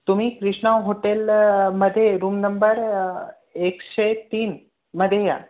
तुम्ही कृष्णा हॉटेल मध्ये room number एकशे तीनमध्ये या